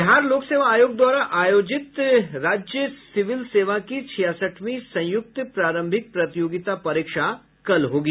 बिहार लोक सेवा आयोग द्वारा आयोजित राज्य सिविल सेवा की छियासठवीं संयुक्त प्रारंभिक प्रतियोगिता परीक्षा कल होगी